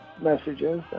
messages